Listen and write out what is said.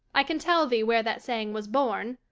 i can tell thee where that saying was born,